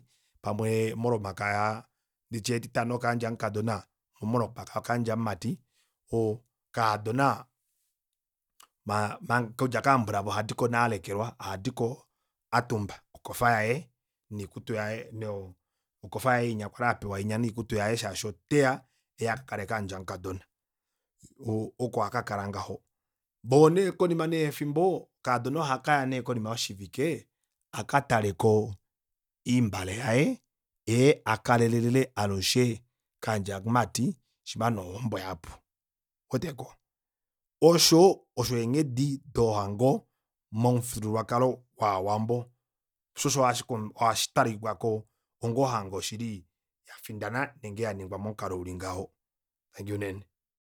Pamwe molomakaya nditye etitano okaandja mukadona moo molomakaya okaandja mumati oo kaadona okudja kaambulavo ohadiko nee alekelwa ohadiko atumba okofa yaye noikutu yaye no okofa yaye inya kwali apewa noikutu yaye shaashi oteya euye akakale kaandja mukadona oo oko akakala ngaho voo nee konima nee yefimbo kaadona ohakaya nee konima yoshivike akataleko oimbale yaye ee akalele alushe kaandja mumati shima nee ohombo yapu ouweteko osho osho eenghedi dohango momufyuululwakalo waawambo shoo osho hashi talikako ongo hango shili yafindana nenge ya ningwa momualo uli ngaho tangi unene